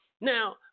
Now